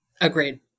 agreed